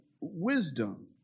wisdom